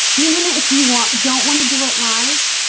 even if you want don't want to do it live